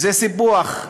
זה סיפוח,